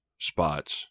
spots